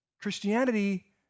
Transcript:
Christianity